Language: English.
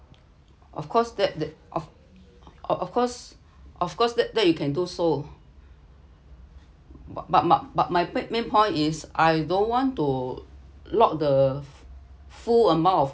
of course that of of course of course that that you can do so but but my but my main point is I don't want to lock the full amount of